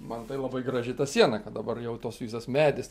man tai labai graži ta siena kad dabar jau tas visas medis